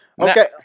Okay